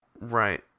Right